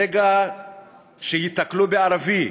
ברגע שייתקלו בערבי,